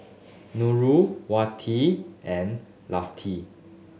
Nurul Wati and Lafti